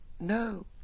No